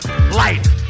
Light